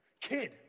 kid